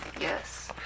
Yes